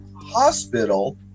Hospital